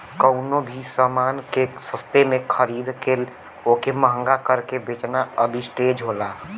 कउनो भी समान के सस्ते में खरीद के वोके महंगा करके बेचना आर्बिट्रेज होला